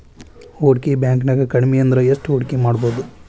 ಹೂಡ್ಕಿ ಬ್ಯಾಂಕ್ನ್ಯಾಗ್ ಕಡ್ಮಿಅಂದ್ರ ಎಷ್ಟ್ ಹೂಡ್ಕಿಮಾಡ್ಬೊದು?